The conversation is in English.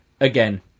Again